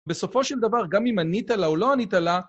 בסופו של דבר, גם אם ענית לה או לא ענית לה...